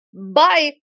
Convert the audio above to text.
bye